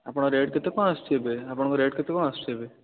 ଆପଣଙ୍କ ରେଟ୍ କେତେ କ'ଣ ଆସୁଛି ଏବେ ଆପଣଙ୍କ ରେଟ୍ କେତେ କ'ଣ ଆସୁଛି ଏବେ